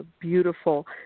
beautiful